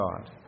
God